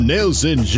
Nelson